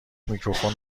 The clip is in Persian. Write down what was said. میکروفون